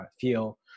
feel